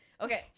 Okay